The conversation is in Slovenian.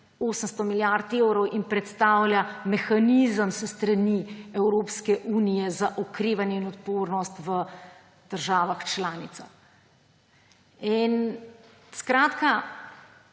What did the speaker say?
800 milijard evrov in predstavlja mehanizem s strani Evropske unije za okrevanje in odpornost v državah članicah. Skratka,